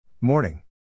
Morning